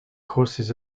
courses